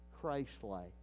Christ-like